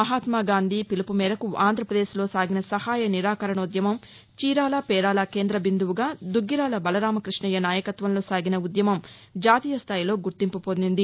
మహాత్మా గాంధి పిలుపు మేరకు ఆంధ్రప్రదేశ్లో సాగిన సహాయ నిరాకరణోద్యమం చీరాల పేరాల కేంద బిందుపుగా దుగ్గిరాల బలరామకృష్ణయ్య నాయకత్వంలో సాగిన ఉద్యమం జాతీయ స్థాయిలో గుర్తింపు పొందింది